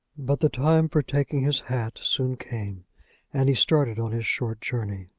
but the time for taking his hat soon came and he started on his short journey.